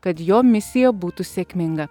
kad jo misija būtų sėkminga